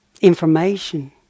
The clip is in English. information